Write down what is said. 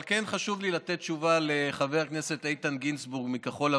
אבל כן חשוב לי לתת תשובה לחבר הכנסת איתן גינזבורג מכחול לבן,